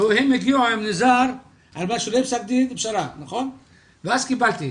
הם הגיעו עם ניזר לפשרה ואז קיבלתי.